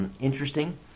interesting